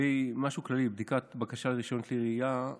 משהו כללי: בבדיקת בקשה לרישיון לכלי ירייה,